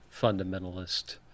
fundamentalist